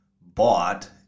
bought